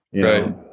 Right